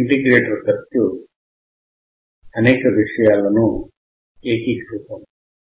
integrator circuit అనేక విషయాలను ఏకీకృతం